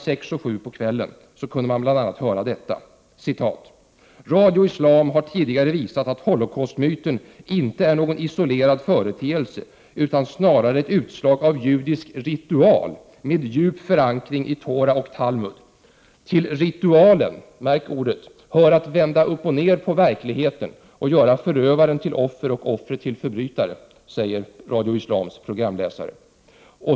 6 och 7 på kvällen kunde man höra bl.a. detta: ”Radio Islam har tidigare visat att Holocaustmyten inte är någon isolerad företeelse utan snarare ett utslag av judisk ritual med djup förankring i Tora och Talmud. Till ritualen” - märk uttrycket -”hör att vända upp och ned på verkligheten och göra förövaren till offer och offret till förbrytare.” Detta säger alltså Radio Islams programläsare.